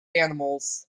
animals